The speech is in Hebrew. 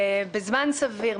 בזמן סביר,